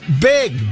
big